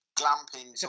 glamping